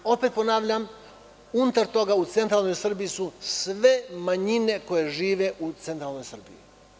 Opet ponavljam, unutar toga, u centralnoj Srbiji su sve manjine koje žive u centralnoj Srbiji.